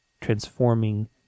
transforming